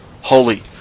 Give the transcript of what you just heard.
holy